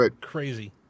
Crazy